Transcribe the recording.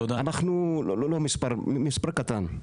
אנחנו מספר קטן,